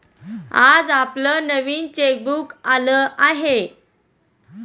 आज आपलं नवीन चेकबुक आलं आहे